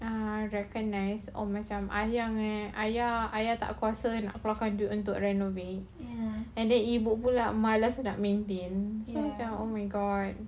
ah recognise or macam ayah eh ayah ayah dah tak kuasa nak keluarkan duit untuk renovate and then ibu pula malas nak maintain so macam oh my god